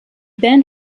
band